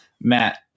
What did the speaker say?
Matt